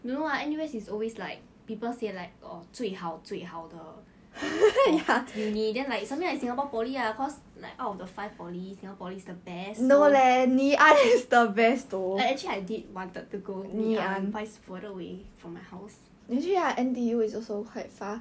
don't know lah N_U_S is always like people say like orh 最好最好的 uni then like something like singapore poly lah cause like out of the five poly singapore poly is the best actually I did wanted to go ngee ann but it's further away from my house